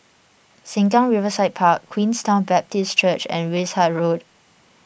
Sengkang Riverside Park Queenstown Baptist Church and Wishart Road